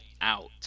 out